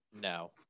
No